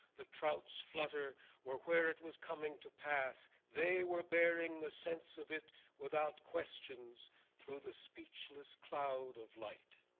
the trout's flutter were where it was coming to pass, they were bearing the sense of it without questions through the speechless cloud of light.